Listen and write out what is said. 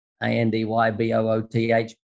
A-N-D-Y-B-O-O-T-H